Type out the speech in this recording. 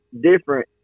different